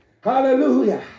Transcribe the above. hallelujah